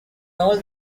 all